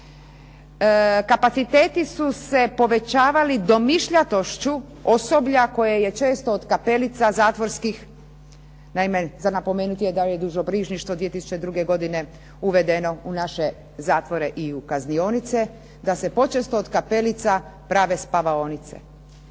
Kapaciteti su se povećavali domišljatošću osoblja koje je često od kapelica zatvorskih, naime, za napomenuti je da je dušobrižništvo 2002. godine uvedeno u naše zatvore i u kaznionice, da se počesto od kapelica rade spavaonice.